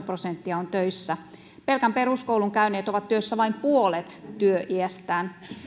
prosenttia on töissä pelkän peruskoulun käyneet ovat työssä vain et työiästään